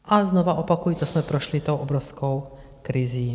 A znovu opakuji, to jsme prošli tou obrovskou krizí.